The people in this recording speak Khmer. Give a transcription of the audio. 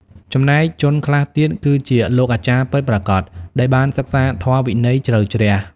ចំណែកជនខ្លះទៀត គឺជាលោកអាចារ្យពិតប្រាកដ ដែលបានសិក្សាធម៌វិន័យជ្រៅជ្រះ។